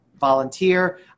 volunteer